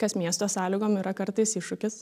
kas miesto sąlygom yra kartais iššūkis